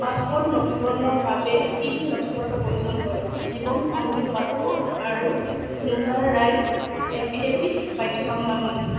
passport নৱীকৰণৰ বাবে কি কি নথিপত্ৰৰ প্ৰয়োজন হয় জীৱনসংগীৰ পাছপোৰ্ট আৰু নোটাৰাইজড এফিডেভিট বাধ্যতামূলক নেকি